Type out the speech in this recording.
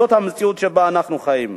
זו המציאות שבה אנחנו חיים.